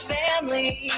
family